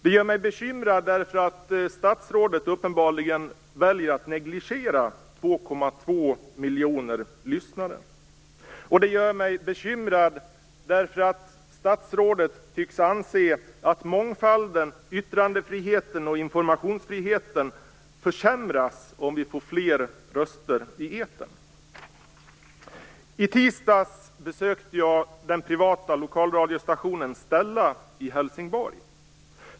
Det gör mig bekymrad därför att statsrådet uppenbarligen väljer att negligera 2,2 miljoner lyssnare. Det gör mig också bekymrad därför att statsrådet tycks anse att mångfalden, yttrandefriheten och informationsfriheten försämras om vi får fler röster i etern. I tisdags besökte jag den privata lokalradiostationen Stella i Helsingborg.